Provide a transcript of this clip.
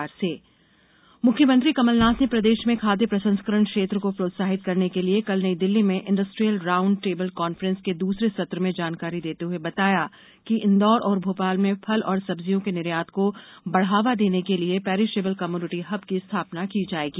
मुख्यमंत्री मुख्यमंत्री कमल नाथ ने प्रदेश में खाद्य प्र संस्करण क्षेत्र को प्रोत्साहित करने के लिए कल नई दिल्ली में इंडस्ट्रीयल राउंड टेबल कान्फ्रेंस के दूसरे सत्र में जानकारी देते हुए बताया कि इंदौर और भोपाल में फल और सब्जियों के निर्यात को बढ़ावा देने के लिए पेरिशेबल कमोडिटी हब की स्थापना की जाएगी